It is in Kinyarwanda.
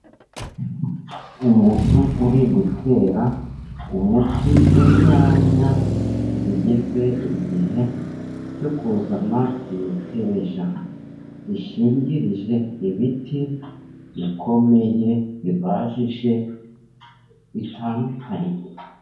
Umuntu uri gutera umuti inyanya zigeze igihe cyo kuzana imiteja, zishingirije ibiti bikomeye, bibajije, bitandukanye.